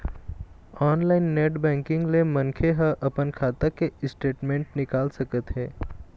online net banking ले मनखे ह अपन खाता के स्टेटमेंट निकाल सकत हे